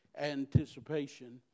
anticipation